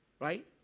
right